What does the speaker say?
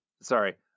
sorry